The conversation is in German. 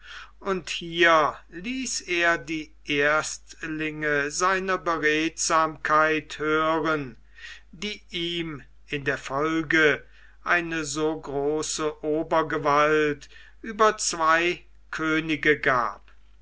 und hier ließ er die erstlinge seiner beredsamkeit hören die ihm in der folge eine so große obergewalt über zwei könige gab